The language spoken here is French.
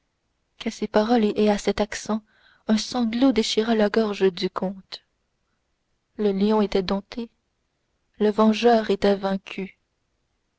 qu'à ces paroles et à cet accent un sanglot déchira la gorge du comte le lion était dompté le vengeur était vaincu